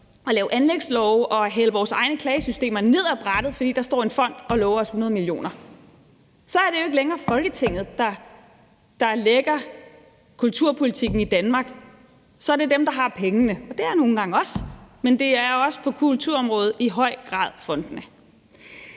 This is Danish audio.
at lave anlægslove og hælde vores egne klagesystemer ned ad brættet, fordi der står en fond og lover os 100 mio. kr. Så er det jo ikke længere Folketinget, der tegner kulturpolitikken i Danmark, så er det dem, der har pengene. Det er nogle gange os, men det er også på kulturområdet i høj grad fondene.